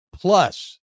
Plus